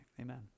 Amen